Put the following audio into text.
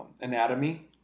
anatomy